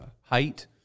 height